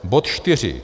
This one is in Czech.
Bod 4.